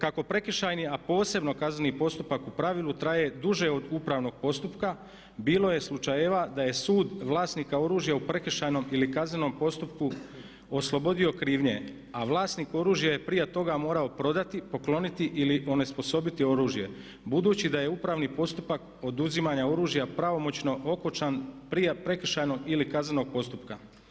Kako prekršajni, a posebno kazneni postupak u pravilu traje duže od upravnog postupka bilo je slučajeva da je sud vlasnika oružja u prekršajnom ili kaznenom postupku oslobodio krivnje, a vlasnik oružja je prije toga morao prodati, pokloniti ili onesposobiti oružje budući da je upravni postupak oduzimanja oružja pravomoćno okončan prije prekršajnog ili kaznenog postupka.